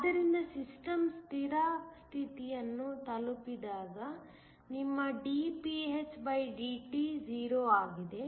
ಆದ್ದರಿಂದ ಸಿಸ್ಟಮ್ ಸ್ಥಿರ ಸ್ಥಿತಿಯನ್ನು ತಲುಪಿದಾಗ ನಿಮ್ಮ dpndt 0 ಆಗಿದೆ